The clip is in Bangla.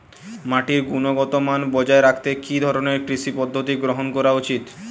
মাটির গুনগতমান বজায় রাখতে কি ধরনের কৃষি পদ্ধতি গ্রহন করা উচিৎ?